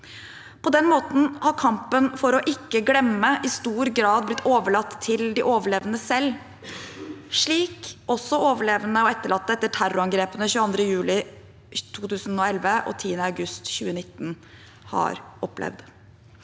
På den måten har kampen for ikke å glemme i stor grad blitt overlatt til de overlevende selv, slik også overlevende og etterlatte etter terrorangrepene 22. juli 2011 og 10. august 2019 har opplevd.